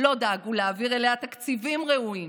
לא דאגו להעביר אליה תקציבים ראויים,